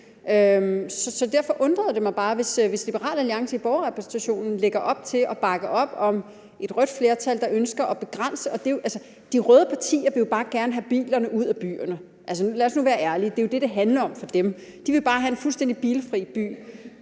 og derfor undrer det mig bare, hvis Liberal Alliance i borgerrepræsentationen lægger op til at bakke op om et rødt flertal, der ønsker at begrænse det. Altså, de røde partier vil jo bare gerne have bilerne ud af byerne – lad os nu være ærlige. Det er jo det, det handler om for dem; de vil bare have en fuldstændig bilfri by.